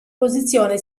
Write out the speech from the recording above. posizione